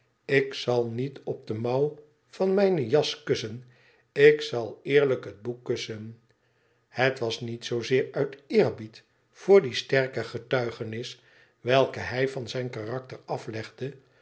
ik zal niet op de mouw van mijne jas kussen ik zal eerlijk het boek kussen het was niet zoozeer uit eerbied voor die sterke getuigenis welke hij van zijn karakter aflegde